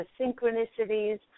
synchronicities